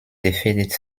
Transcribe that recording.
defeated